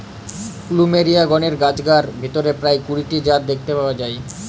plumeria গণের গাছগার ভিতরে প্রায় কুড়ি টি জাত দেখতে পাওয়া যায়